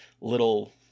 little